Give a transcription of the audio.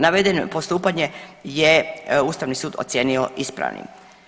Navedeno postupanje je Ustavni sud ocijenio ispravnim.